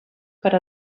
per